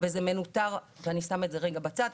וזה מנוטר ואני שמה את זה רגע בצד.